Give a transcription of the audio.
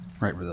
Right